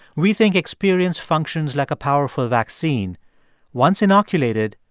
we think experience functions like a powerful vaccine once inoculated,